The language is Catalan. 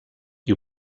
qui